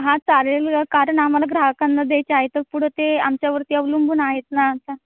हा चालेल कारण आम्हाला ग्राहकांना द्यायचे आहे तर पुढं ते आमच्यावरती अवलंबून आहेत ना आता